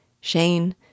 Shane